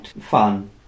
fun